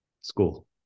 school